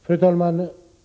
Fru talman!